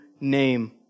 name